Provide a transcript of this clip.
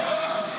תודה רבה.